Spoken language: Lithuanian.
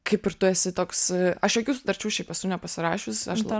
kaip ir tu esi toks aš jokių sutarčių šiaip esu nepasirašius aš